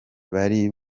bari